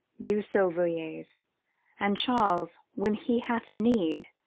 do so, villiers and charles, when he hath need,